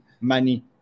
money